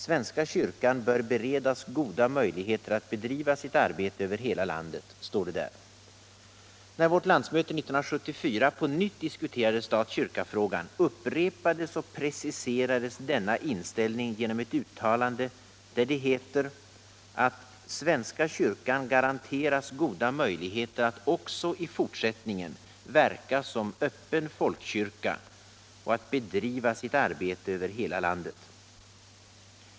”Svenska kyrkan bör beredas goda möjligheter att bedriva sin verksamhet över hela landet”, står det där. När vårt landsmöte 1974 på nytt diskuterade stat-kyrka-frågan, upprepades och preciserades denna inställning genom ett uttalande, där det heter att ”svenska kyrkan garanteras goda möjligheter att också i fortsättningen verka som öppen folkkyrka och att bedriva sitt arbete över hela landet”.